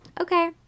okay